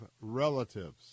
relatives